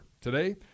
today